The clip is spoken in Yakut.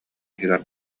иһигэр